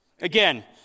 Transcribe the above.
Again